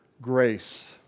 grace